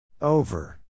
over